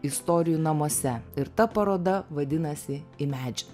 istorijų namuose ir ta paroda vadinasi